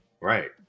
right